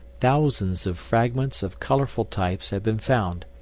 thousands of fragments of colorful types have been found,